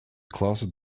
closet